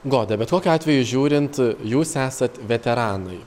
goda bet kokiu atveju žiūrint jūs esat veteranai